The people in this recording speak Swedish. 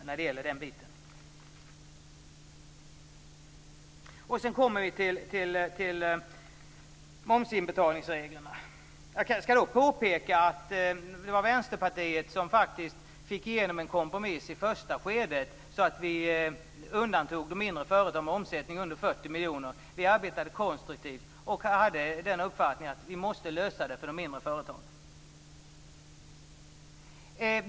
Sedan kommer vi till frågan om reglerna för momsinbetalningar. Det var Vänsterpartiet som fick igenom en kompromiss i första skedet. Mindre företag med en omsättning lägre än 40 miljoner undantogs. Vi arbetade konstruktivt, och vi hade uppfattningen att situationen måste lösas för de mindre företagen.